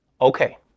Okay